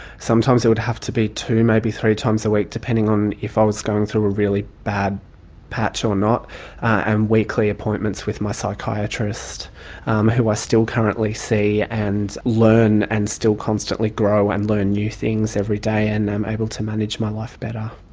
sometimes it would have to be two, maybe three times a week depending if i was going through a really bad patch or not and weekly appointments with my psychiatrist um who i still currently see and learn and still constantly grow and learn new things every day and then able to manage my life better.